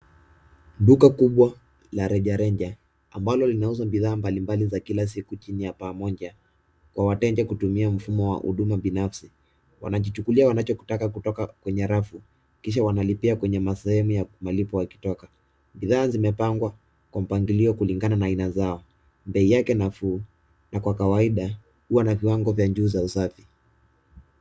Duka kubwa la rejareja ambalo linauza bidhaa mbalimbali za kila siku chini ya paa moja kwa wateja kutumia huduma za mtu binafsi na kujichukulia wanachotaka kutoka kwenye rafu. Kisha wanalipia kwenye sehemu za malipo wakitoka. Bidhaa zimepangwa kwa mpangilio kulingana na aina zao. Bei yake nafuu na kwa kawaida huwa na viwango vya juu vya usafi.